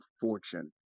fortune